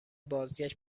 بازگشت